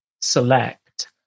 select